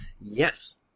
yes